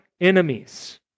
enemies